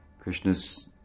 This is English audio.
Krishna's